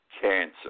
cancer